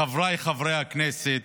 חבריי חברי הכנסת,